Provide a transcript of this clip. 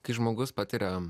kai žmogus patiria